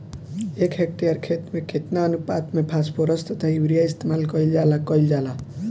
एक हेक्टयर खेत में केतना अनुपात में फासफोरस तथा यूरीया इस्तेमाल कईल जाला कईल जाला?